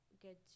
get